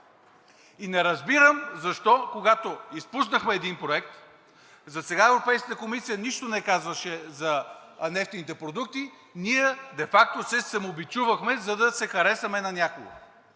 И не разбирам защо, когато изпуснахме един проект, засега Европейската комисия нищо не казваше за нефтените продукти, ние де факто се самобичувахме, за да се харесаме на някого.